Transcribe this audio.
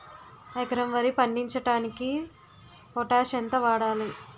ఎకరం వరి పండించటానికి పొటాష్ ఎంత వాడాలి?